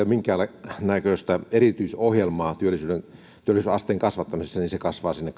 minkäännäköistä erityisohjelmaa työllisyysasteen kasvattamisessa samalla vauhdilla se kasvaa sinne